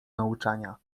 nauczania